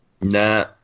nah